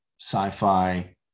sci-fi